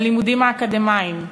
בלימודים האקדמיים,